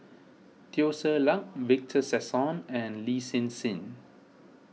Teo Ser Luck Victor Sassoon and Lin Hsin Hsin